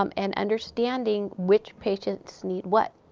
um and understanding which patients need what,